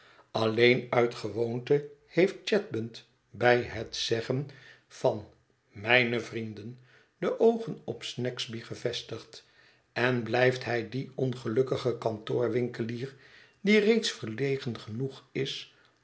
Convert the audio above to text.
alleen uit gewoonte heeft chadband bij het zeggen van mijne vrienden de oogen op snagsby gevestigd en blijft hij dien ongelukkigen kantoorwinkelier die reeds verlegen genoeg is